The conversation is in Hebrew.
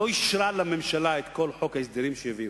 לא אישרה לממשלה את כל חוק ההסדרים שהביאה,